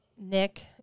Nick